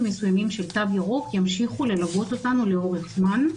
מסוימים של תו ירוק ימשיכו ללוות אותנו לאורך זמן,